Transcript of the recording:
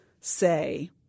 say